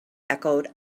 echoed